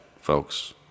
folks